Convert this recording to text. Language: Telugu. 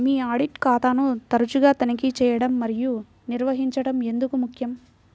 మీ ఆడిట్ ఖాతాను తరచుగా తనిఖీ చేయడం మరియు నిర్వహించడం ఎందుకు ముఖ్యం?